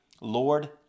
Lord